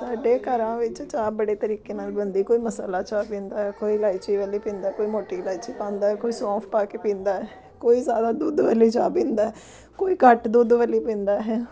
ਸਾਡੇ ਘਰਾਂ ਵਿੱਚ ਚਾਹ ਬੜੇ ਤਰੀਕੇ ਨਾਲ ਬਣਦੀ ਕੋਈ ਮਸਾਲਾ ਚਾਹ ਪੀਂਦਾ ਹੈ ਕੋਈ ਇਲਾਚੀ ਵਾਲੀ ਪੀਂਦਾ ਕੋਈ ਮੋਟੀ ਇਲਾਇਚੀ ਪਾਉਂਦਾ ਕੋਈ ਸੌਂਫ ਪਾ ਕੇ ਪੀਂਦਾ ਕੋਈ ਜ਼ਿਆਦਾ ਦੁੱਧ ਵਾਲੀ ਚਾਹ ਪੀਂਦਾ ਕੋਈ ਘੱਟ ਦੁੱਧ ਵਾਲੀ ਪੀਂਦਾ ਹੈ